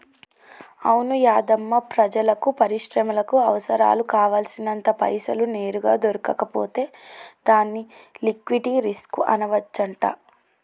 అవును యాధమ్మా ప్రజలకు పరిశ్రమలకు అవసరాలకు కావాల్సినంత పైసలు నేరుగా దొరకకపోతే దాన్ని లిక్విటీ రిస్క్ అనవచ్చంట